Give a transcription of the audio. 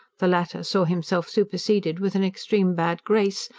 the latter saw himself superseded with an extreme bad grace,